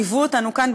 ליוו אותנו כאן,